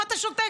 מה אתה שותק?